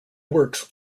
works